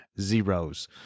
zeros